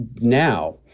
now